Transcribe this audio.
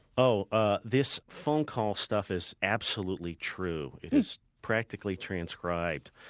oh, ah this phone call stuff is absolutely true. it is practically transcribed.